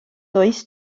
does